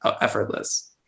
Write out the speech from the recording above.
effortless